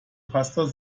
pastor